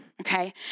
okay